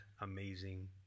amazing